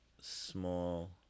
small